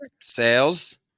Sales